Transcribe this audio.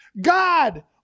God